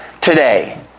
today